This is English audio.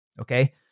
Okay